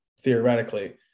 Theoretically